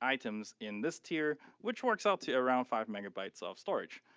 items in this tier, which works out to around five megabytes ah of storage.